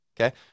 Okay